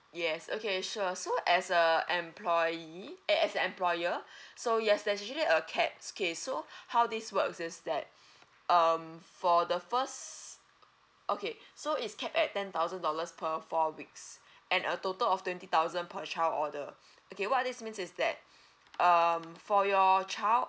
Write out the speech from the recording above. yes okay sure so as a employee eh as employer so yes there's usually a cap K so how this works is that um for the first okay so is capped at ten thousand dollars per four weeks and a total of twenty thousand per child order okay what are this means is that um for your child